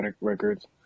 records